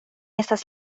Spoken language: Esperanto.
estas